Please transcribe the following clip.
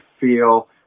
feel